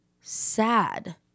sad